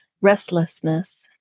restlessness